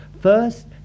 First